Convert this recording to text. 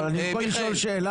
אבל אני יכול לשאלה שאלה?